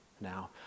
now